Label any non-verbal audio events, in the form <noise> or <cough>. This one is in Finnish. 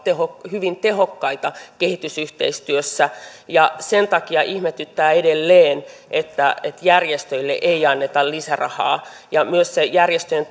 hyvin tehokkaita kehitysyhteistyössä ja sen takia ihmetyttää edelleen että järjestöille ei anneta lisärahaa myös se järjestöjen <unintelligible>